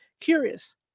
curious